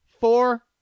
four